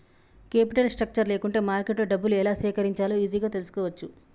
capital structure లేకుంటే మార్కెట్లో డబ్బులు ఎలా సేకరించాలో ఈజీగా తెల్సుకోవచ్చు